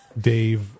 Dave